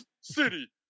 City